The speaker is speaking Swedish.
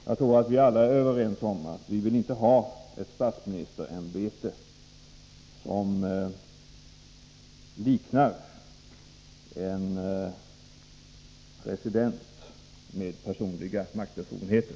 Jag tror att vi alla är överens om att vi inte vill ha ett statsministerämbete som liknar en presidents ämbete, med personliga maktbefogenheter.